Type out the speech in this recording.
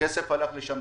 הכסף הלך לשם.